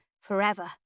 forever